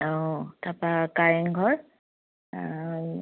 অঁ তাৰপৰা কাৰেংঘৰ